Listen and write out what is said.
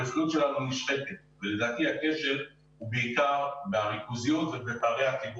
הרווחיות שלנו נשחקת ולדעתי הכשל הוא בעיקר בריכוזיות ובפערי התיווך.